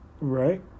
right